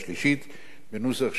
בנוסח שאישרה הוועדה.